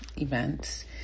events